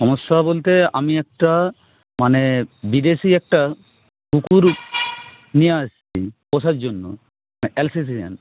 সমস্যা বলতে আমি একটা মানে বিদেশি একটা কুকুর নিয়ে আসছি পোষার জন্য অ্যালসেশিয়ান